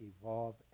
evolve